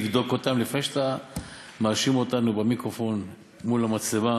תבדוק אותם לפני שאתה מאשים אותנו במיקרופון מול המצלמה.